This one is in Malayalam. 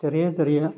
ചെറിയ ചെറിയ